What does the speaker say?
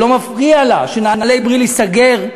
שלא מפריע לה שנעלי "בריל" ייסגר,